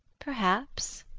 perhaps.